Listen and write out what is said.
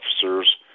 officers